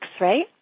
right